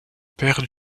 père